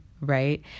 right